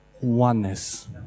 oneness